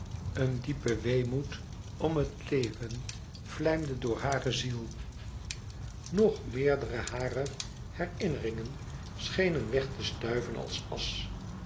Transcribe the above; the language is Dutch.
een diepe weemoed om het leven vlijmde door hare ziel nog meerdere harer herinneringen schenen weg te stuiven als asch